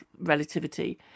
relativity